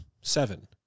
seven